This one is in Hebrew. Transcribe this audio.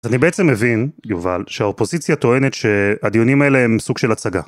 אז אני בעצם מבין, יובל, שהאופוזיציה טוענת שהדיונים האלה הם סוג של הצגה.